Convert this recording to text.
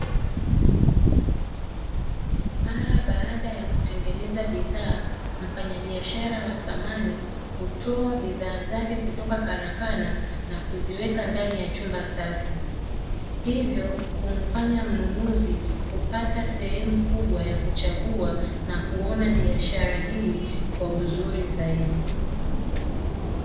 Mara baada ya kutengeneza bidhaa, mfanya biashara wa samani hutoa bidhaa zake kutoka karakana na kuziweka ndani ya chumba safi, hivyo kumfanya mnunuzi kupata sehemu kubwa ya kuchagua na kuona biashara hii kwa uzuri zaidi.